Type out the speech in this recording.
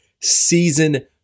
season